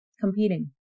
competing